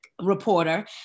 reporter